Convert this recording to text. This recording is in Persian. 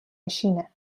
نشینه